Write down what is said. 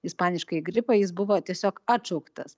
ispaniškąjį gripą jis buvo tiesiog atšauktas